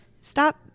Stop